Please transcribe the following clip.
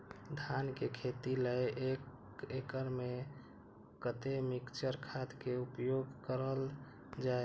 धान के खेती लय एक एकड़ में कते मिक्चर खाद के उपयोग करल जाय?